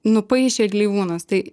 nupaišė gleivūnas tai